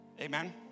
Amen